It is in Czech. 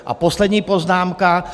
A poslední poznámka.